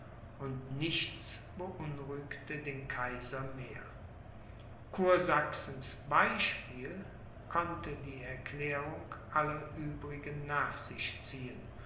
und nichts beunruhigte den kaiser mehr kursachsens beispiel konnte die erklärung aller übrigen nach sich ziehen